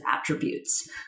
attributes